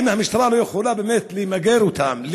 אם המשטרה לא יכולה באמת למגר אותם,